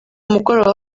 mugoroba